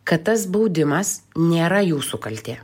kad tas baudimas nėra jūsų kaltė